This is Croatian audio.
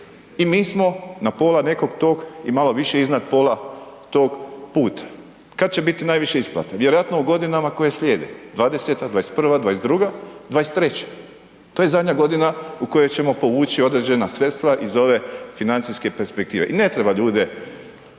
I mi smo na pola nekog tog i malo više iznad pola tog puta. Kada će biti najviše isplate? Vjerojatno u godinama koje slijede, 20.-ta, 21., 22, 23, to je zadnja godina u kojoj ćemo povući određena sredstva iz ove financijske perspektive. I ne treba ljude